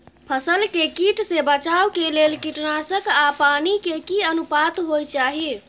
फसल के कीट से बचाव के लेल कीटनासक आ पानी के की अनुपात होय चाही?